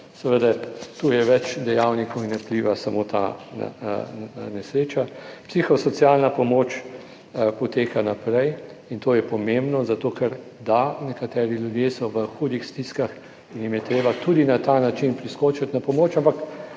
seveda, tu je več dejavnikov in ne vpliva samo ta nesreča. Psihosocialna pomoč poteka naprej in to je pomembno, zato ker da, nekateri ljudje so v hudih stiskah in jim je treba tudi na ta način priskočiti na pomoč, ampak